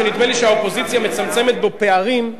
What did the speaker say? שנדמה לי שהאופוזיציה מצמצמת בו פערים,